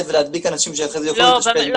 ולהדביק אנשים שאחרי זה יילכו להתאשפז --- לא,